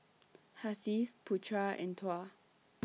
Hasif Putra and Tuah